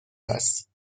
است